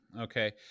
okay